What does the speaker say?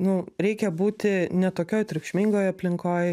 nu reikia būti ne tokioj triukšmingoj aplinkoj